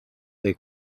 they